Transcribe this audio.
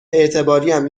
اعتباریم